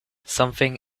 something